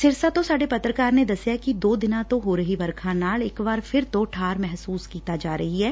ਸਿਰਸਾ ਤੋਂ ਸਾਡੇ ਪੱਤਰਕਾਰ ਨੇ ਦਸਿਐ ਕਿ ਦੋ ਦਿਨਾਂ ਤੋਂ ਹੋ ਰਹੀ ਵਰਖਾ ਨਾਲ ਇਕ ਵਾਰ ਫਿਰ ਤੋਂ ਠਾਰ ਮਹਿਸੁਸ ਕੀਤੀ ਜਾ ਰਹੀ ਐ